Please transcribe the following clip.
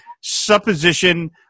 supposition